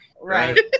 right